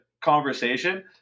conversation